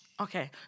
Okay